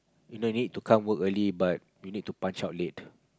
you no need to come work early but you need to punch out late